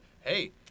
Hey